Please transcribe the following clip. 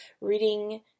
reading